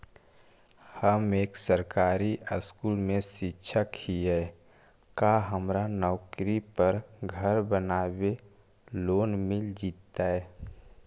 हम एक सरकारी स्कूल में शिक्षक हियै का हमरा नौकरी पर घर बनाबे लोन मिल जितै?